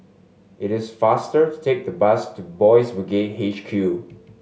it is faster to take a bus to Boys' Brigade H Q